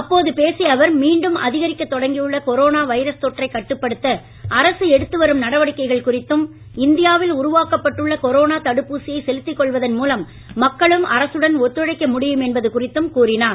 அப்போது பேசிய அவர் மீண்டும் அதிகரிக்க தொடங்கியுள்ள கொரோனா வைரஸ் தொற்றை கட்டுப்படுத்த அரசு எடுத்து வரும் நடவடிக்கைகள் குறித்தும் இந்தியாவில் உருவாக்கப்பட்டுள்ள கொரோனா தடுப்பூசியை செலுத்திக்கொள்வதன் மூலம் மக்களும் அரசுடன் ஒத்துழைக்க முடியும் என்பது குறித்தும் கூறினார்